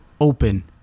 open